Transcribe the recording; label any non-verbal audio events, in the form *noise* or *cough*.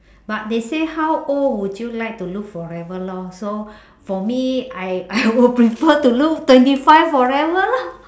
*breath* but they say how old would you like to look forever lor so *breath* for me I I *laughs* would prefer to look twenty five forever lah